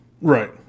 Right